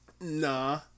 Nah